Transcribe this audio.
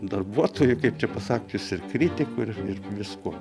darbuotoju kaip čia pasakius ir kritiku ir ir viskuo